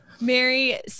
mary